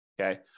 Okay